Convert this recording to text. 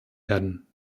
werden